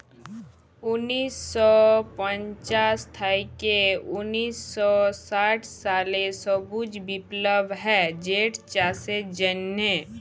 উনিশ শ পঞ্চাশ থ্যাইকে উনিশ শ ষাট সালে সবুজ বিপ্লব হ্যয় যেটচাষের জ্যনহে